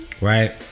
Right